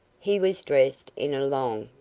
he was dressed in a long,